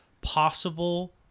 possible